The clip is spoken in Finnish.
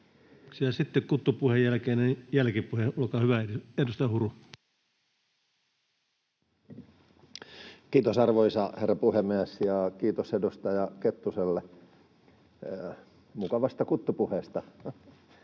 sitten kuttupuheen jälkeinen jälkipuhe. Olkaa hyvä, edustaja Huru. Kiitos, arvoisa herra puhemies! Ja kiitos edustaja Kettuselle mukavasta kuttupuheesta.